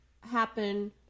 happen